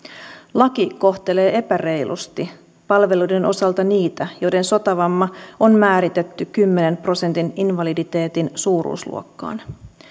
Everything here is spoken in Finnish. laki kohtelee epäreilusti palveluiden osalta niitä joiden sotavamma on määritetty kymmenen prosentin invaliditeetin suuruusluokkaan